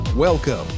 Welcome